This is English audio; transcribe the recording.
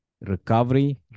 recovery